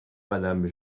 madame